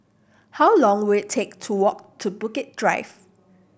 how long will it take to walk to Bukit Drive